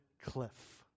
cliff